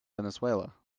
venezuela